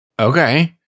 Okay